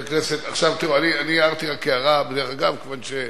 אני הערתי הערה בדרך אגב, כמו,